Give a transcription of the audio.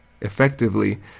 effectively